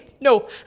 No